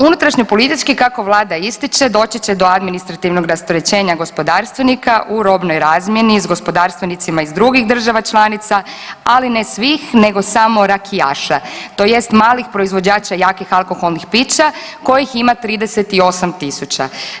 Unutrašnje-politički kako Vlada ističe doći će do administrativnog rasterećenja gospodarstvenika u robnoj razmjeni s gospodarstvenicima iz drugih država članica, ali ne svih nego samo rakijaša tj. malih proizvođača jakih alkoholnih pića kojih ima 38.000.